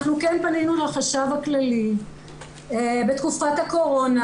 אנחנו כן פנינו לחשב הכללי בתקופת הקורונה